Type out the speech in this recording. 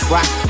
Rock